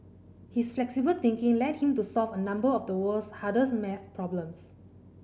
his flexible thinking led him to solve a number of the world's hardest maths problems